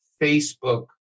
Facebook